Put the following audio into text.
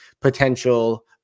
potential